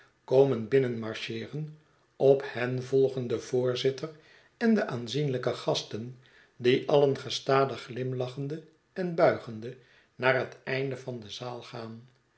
komen binnenmarcheeren j op hen volgen de voorzitter en de aanzienlijke gasten die alien gestadig glimlachende en buigende naar het einde van de zaal gaan